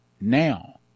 now